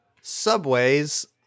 Subway's